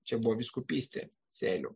čia buvo vyskupystė sėlių